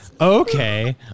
Okay